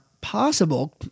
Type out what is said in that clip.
possible